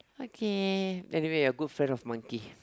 okay anyway you're good friend of monkey